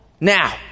Now